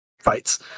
fights